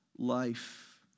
Life